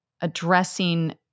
addressing